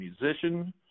musician